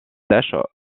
taches